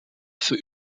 für